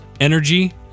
energy